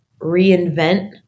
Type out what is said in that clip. reinvent